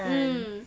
mm